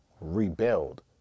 rebuild